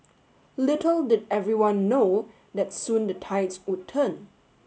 little did everyone know that soon the tides would turn